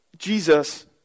Jesus